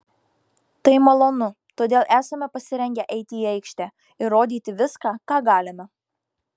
tai malonu todėl esame pasirengę eiti į aikštę ir rodyti viską ką galime